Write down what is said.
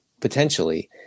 potentially